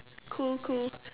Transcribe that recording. cool cool